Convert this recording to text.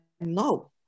no